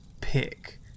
pick